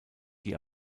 die